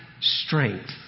strength